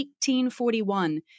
1841